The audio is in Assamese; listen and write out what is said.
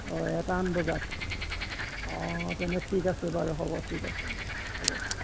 অঁ এটামান বজাত অঁ তেন্তে ঠিক আছে বাৰু হ'ব ঠিক আছে হ'ব